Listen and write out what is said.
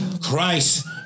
Christ